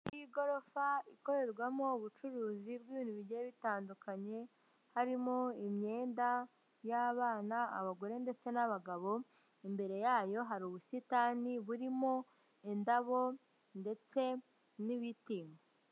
Iyi ni igorofa ikorerwamo ubucuruzi bw'ibintu bigiye bitandukanye, harimo imyenda y'abana, abagore ndetse n'abagabo, imbere yayo hari ubusitani burimo indabo ndetse n'ibiti.